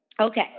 Okay